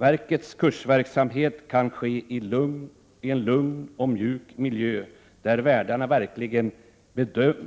Verkets kursverksamhet kan ske i en lugn och mjuk miljö, där värdarna verkligen